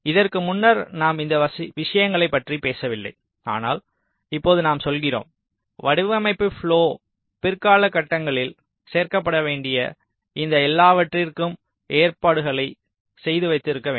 இதற்கு முன்னர் நாம் இந்த விஷயங்களைப் பற்றி பேசவில்லை ஆனால் இப்போது நாம் சொல்கிறோம் வடிவமைப்பு ப்லொ பிற்கால கட்டங்களில் சேர்க்கப்பட வேண்டிய இந்த எல்லாவற்றிற்கும் ஏற்பாடுகளை செய்த்து வைத்திருக்க வேண்டும்